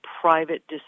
private